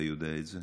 אתה יודע את זה.